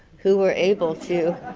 who were able to